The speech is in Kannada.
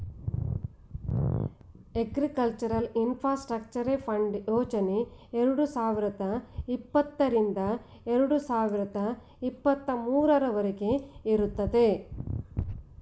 ಅಗ್ರಿಕಲ್ಚರ್ ಇನ್ಫಾಸ್ಟ್ರಕ್ಚರೆ ಫಂಡ್ ಯೋಜನೆ ಎರಡು ಸಾವಿರದ ಇಪ್ಪತ್ತರಿಂದ ಎರಡು ಸಾವಿರದ ಇಪ್ಪತ್ತ ಮೂರವರಗೆ ಇರುತ್ತದೆ